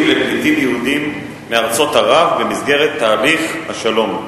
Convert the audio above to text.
לפליטים יהודים מארצות ערב במסגרת תהליך השלום.